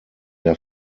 der